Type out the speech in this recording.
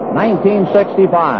1965